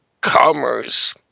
commerce